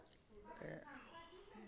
ते